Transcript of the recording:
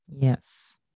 Yes